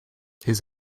his